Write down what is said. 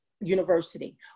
University